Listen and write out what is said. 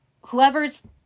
whoever's